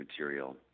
material